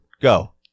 Go